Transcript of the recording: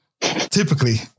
Typically